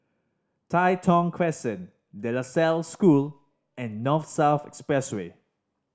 Tai Thong Crescent De La Salle School and North South Expressway